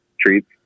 treats